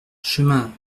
chemin